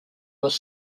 was